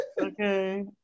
okay